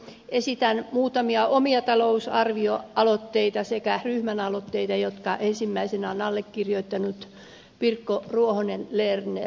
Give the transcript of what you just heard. esitän muutamia omia talousarvioaloitteita sekä ryhmän aloitteita jotka ensimmäisenä on allekirjoittanut pirkko ruohonen lerner